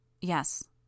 Yes